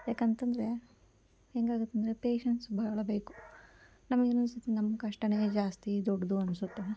ಏಕಂತಂದ್ರೆ ಹೇಗಾಗತ್ತಂದ್ರೆ ಪೇಶೆನ್ಸ್ ಬಹಳ ಬೇಕು ನಮ್ಗೇನು ಅನ್ನಿಸುತ್ತೆ ನಮ್ಮ ಕಷ್ಟವೇ ಜಾಸ್ತಿ ದೊಡ್ಡದು ಅನ್ನಿಸುತ್ತೆ